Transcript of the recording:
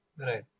right